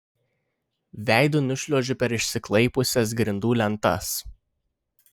veidu nušliuožiu per išsiklaipiusias grindų lentas